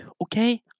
okay